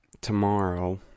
tomorrow